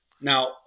Now